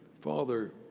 Father